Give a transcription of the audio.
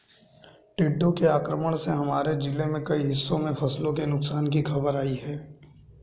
टिड्डों के आक्रमण से हमारे जिले के कई हिस्सों में फसलों के नुकसान की खबर आई है